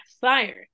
fire